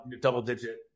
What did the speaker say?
double-digit